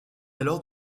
alors